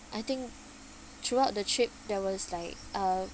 I think throughout the trip there was like uh